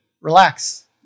relax